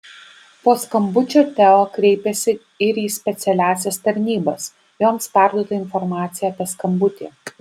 po skambučio teo kreipėsi ir į specialiąsias tarnybas joms perduota informacija apie skambutį